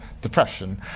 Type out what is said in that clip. depression